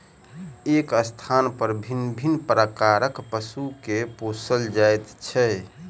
एक स्थानपर विभिन्न प्रकारक पशु के पोसल जाइत छै